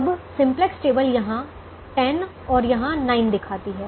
अब simplex table यहां 10 और यहां 9 दिखाती है